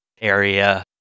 area